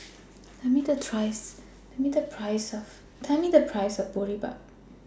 Tell Me The Price of Boribap